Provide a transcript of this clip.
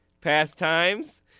pastimes